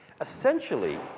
Essentially